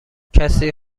کسی